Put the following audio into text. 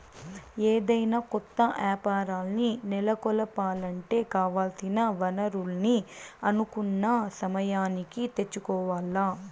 ఏదైనా కొత్త యాపారాల్ని నెలకొలపాలంటే కావాల్సిన వనరుల్ని అనుకున్న సమయానికి తెచ్చుకోవాల్ల